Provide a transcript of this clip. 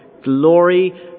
glory